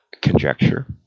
conjecture